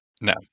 no